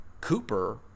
Cooper